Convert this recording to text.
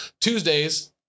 Tuesdays